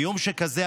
ביום שכזה,